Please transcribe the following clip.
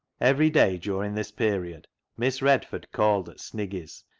every day during this period miss redford called at sniggy's,